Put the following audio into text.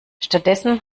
stattdessen